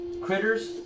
critters